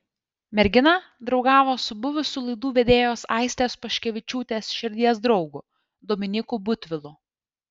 mergina draugavo su buvusiu laidų vedėjos aistės paškevičiūtės širdies draugu dominyku butvilu